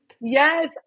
Yes